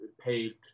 paved